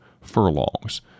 furlongs